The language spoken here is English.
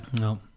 No